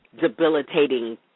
Debilitating